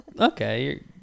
Okay